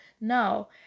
No